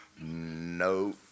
No